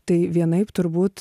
tai vienaip turbūt